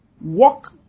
Walk